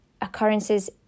occurrences